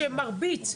שמרביץ,